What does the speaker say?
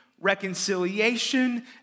reconciliation